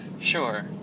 Sure